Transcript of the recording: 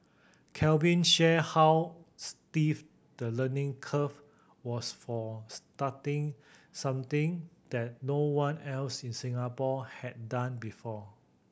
Calvin shared how steep the learning curve was for starting something that no one else in Singapore had done before